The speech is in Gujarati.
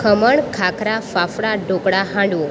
ખમણ ખાખરા ફાફડા ઢોકળા હાંડવો